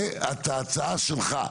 ואת ההצעה שלך,